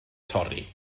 torri